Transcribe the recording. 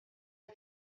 est